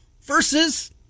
versus